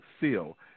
seal